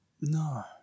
No